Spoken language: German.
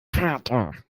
vater